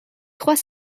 trois